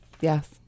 Yes